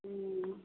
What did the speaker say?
हुँ